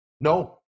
No